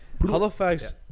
Halifax